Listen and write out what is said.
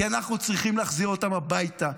כי אנחנו צריכים להחזיר אותם הביתה.